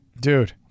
Dude